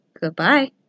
Goodbye